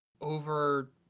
over